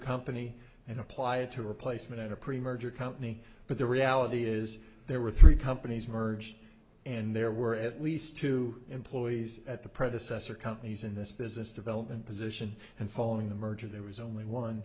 company and apply it to a replacement at a pretty major company but the reality is there were three companies merge and there were at least two employees at the predecessor companies in this business development position and following the merger there was only one